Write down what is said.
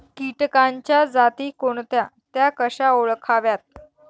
किटकांच्या जाती कोणत्या? त्या कशा ओळखाव्यात?